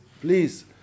please